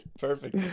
Perfect